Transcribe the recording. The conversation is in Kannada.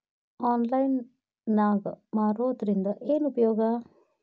ಆನ್ಲೈನ್ ನಾಗ್ ಮಾರೋದ್ರಿಂದ ಏನು ಉಪಯೋಗ?